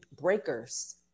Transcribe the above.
breakers